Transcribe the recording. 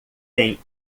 tem